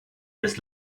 des